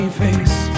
face